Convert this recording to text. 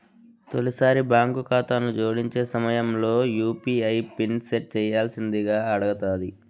తొలిసారి బాంకు కాతాను జోడించే సమయంల యూ.పీ.ఐ పిన్ సెట్ చేయ్యాల్సిందింగా అడగతాది